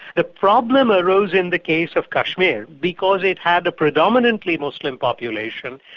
the problem arose in the case of kashmir, because it had a predominantly muslim population,